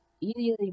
easily